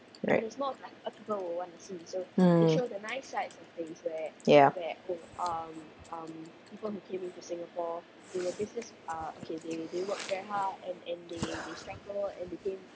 right mm ya